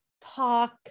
Talk